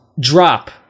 drop